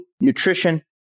nutrition